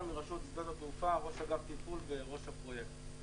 רשות שדות התעופה, ראש אגף תפעול וראש הפרויקט.